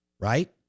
Right